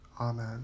Amen